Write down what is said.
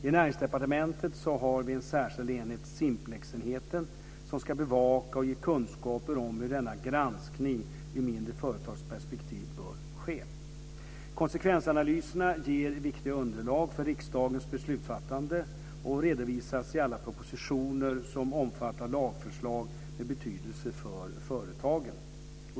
I Näringsdepartementet har vi en särskild enhet, Simplexenheten, som ska bevaka och ge kunskaper om hur denna granskning ur mindre företags perspektiv bör ske. Konsekvensanalyserna ger viktiga underlag för riksdagens beslutsfattande och redovisas i alla propositioner som omfattar lagförslag med betydelse för företagen.